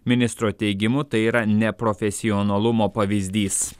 ministro teigimu tai yra neprofesionalumo pavyzdys